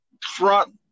front